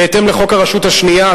בהתאם לחוק הרשות השנייה,